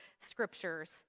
scriptures